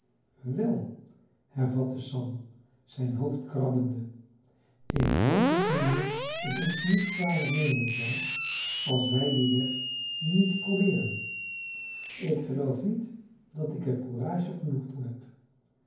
wel hervatte sam zijn hoofd krabbende ik hoop dat mijnheer het ons niet kwalijk nemen zal als wij dien weg niet probeeren ik geloof niet dat ik er courage genoeg toe heb